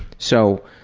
so,